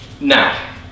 Now